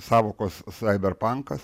sąvokos saiberpankas